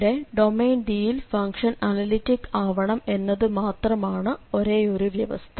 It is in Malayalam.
ഇവിടെ ഡൊമെയ്ൻ D യിൽ ഫംഗ്ഷൻ അനലിറ്റിക്ക് ആവണം എന്നതു മാത്രമാണ് ഒരേയൊരു വ്യവസ്ഥ